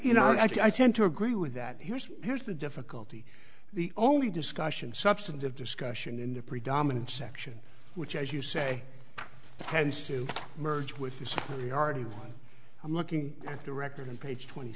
you know i tend to agree with that here's here's the difficulty the only discussion substantive discussion in the predominant section which as you say tends to merge with the already i'm looking at the record in page twenty